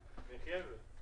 חיוני.